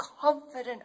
confident